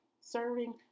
serving